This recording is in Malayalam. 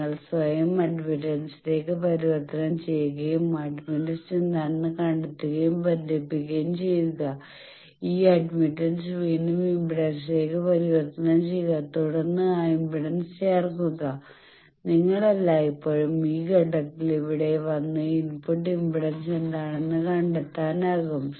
നിങ്ങൾ സ്വയം അഡ്മിറ്റൻസിലേക്ക് പരിവർത്തനം ചെയ്യുകയും അഡ്മിറ്റൻസ് എന്താണെന്ന് കണ്ടെത്തുകയും ബന്ധിപ്പിക്കുകയും ചെയ്യുക ഈ അഡ്മിറ്റൻസ് വീണ്ടും ഇംപെഡൻസിലേക്ക് പരിവർത്തനം ചെയ്യുക തുടർന്ന് ആ ഇംപെഡൻസ് ചേർക്കുക നിങ്ങൾക്ക് എല്ലായ്പ്പോഴും ഈ ഘട്ടത്തിൽ ഇവിടെ വന്ന് ഇൻപുട്ട് ഇംപെഡൻസ് എന്താണെന്ന് കണ്ടെത്താനാകും